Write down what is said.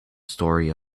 story